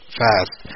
fast